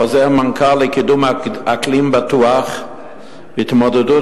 חוזר מנכ"ל לקידום אקלים בטוח והתמודדות